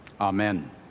Amen